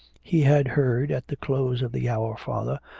he had heard, at the close of the our father,